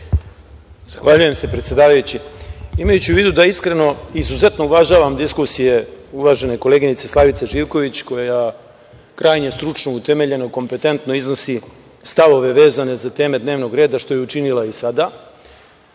Zahvaljujem. Imajući u vidu da iskreno izuzetno uvažavam diskusije uvažene koleginice Slavice Živković koja krajnje stručno, utemeljeno, kompetentno iznosi stavove vezane za teme dnevnog reda, što je učinila i sada.